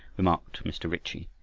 remarked mr. ritchie.